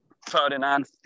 Ferdinand